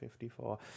54